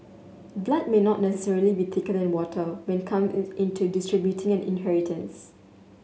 blood may not necessarily be thicker than water when come into distributing an inheritance